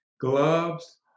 gloves